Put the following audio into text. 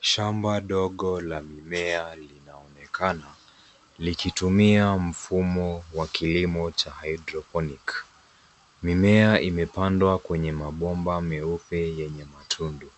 Shamba ndogo la mimea linaonekana likitumia mfumo wa kilimo cha haidroponiki .Mimea imepandwa kwenye mabomba meupe yenye matundu.